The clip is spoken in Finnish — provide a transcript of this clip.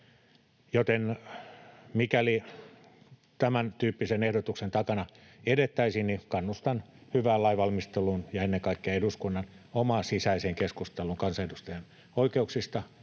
joten mikäli tämäntyyppisen ehdotuksen takana edettäisiin, niin kannustan hyvään lainvalmisteluun ja ennen kaikkea eduskunnan omaan sisäiseen keskusteluun kansanedustajien oikeuksista,